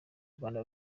rwanda